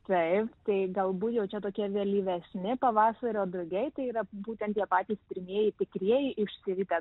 taip tai galbūt jau čia tokie vėlyvesni pavasario drugiai tai yra būtent tie patys pirmieji tikrieji išsiritę